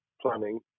planning